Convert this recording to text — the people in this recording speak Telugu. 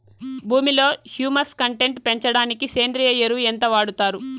భూమిలో హ్యూమస్ కంటెంట్ పెంచడానికి సేంద్రియ ఎరువు ఎంత వాడుతారు